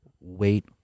wait